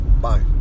Bye